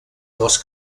dels